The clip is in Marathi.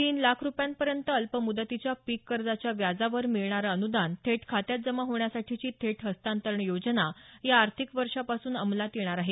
तीन लाख रुपयांपर्यंत अल्पमुदतीच्या पीक कर्जाच्या व्याजावर मिळणारं अनुदान थेट खात्यात जमा होण्यासाठीची थेट हस्तांतरण योजना या आर्थिक वर्षापासून अंमलात येणार आहे